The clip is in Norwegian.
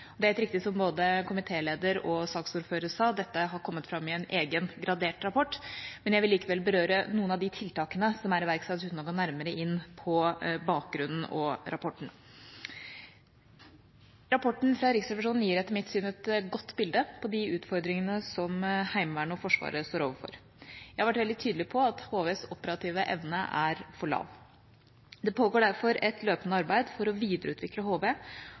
Det er helt riktig, som både komitélederen og saksordføreren sa, at dette har kommet fram i en egen gradert rapport, men jeg vil likevel berøre noen av de tiltakene som er iverksatt, uten å gå nærmere inn på bakgrunnen og rapporten. Rapporten fra Riksrevisjonen gir etter mitt syn et godt bilde på de utfordringene som Heimevernet og Forsvaret står overfor. Jeg har vært veldig tydelig på at HVs operative evne er for lav. Det pågår derfor et løpende arbeid for å videreutvikle HV